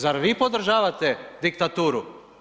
Zar vi podržavate diktaturu?